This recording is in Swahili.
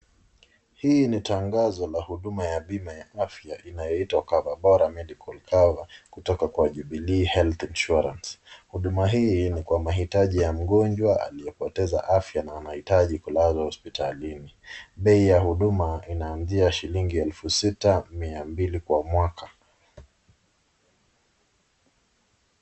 Hii ni tangazo ya huduma ya bima ya afya inayoitwa Cover Bora Medical Cover kutoka kwa Jubilee Health Insurance . Huduma hii ni kwa mahitaji yamgonjwa aliyepoteza afya na anahitaji kulazwa hosipitalini. Bei ya huduma inaanzia shilingi elfu sita mia mbili kwa mwaka.